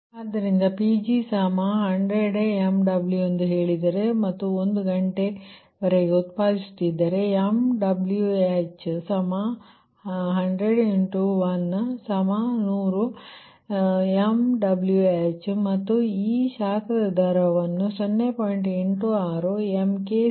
ಆದ್ದರಿಂದ Pg100 MW ಎಂದು ಹೇಳಿದರೆ ಮತ್ತು ಒಂದು ಗಂಟೆಯವರೆಗೆ ಉತ್ಪಾದಿಸುತ್ತಿದ್ದರೆ MWh 100 × 1 100 MWh ಮತ್ತು ಈ ಶಾಖದ ದರವನ್ನು 0